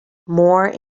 more